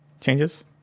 changes